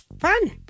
Fun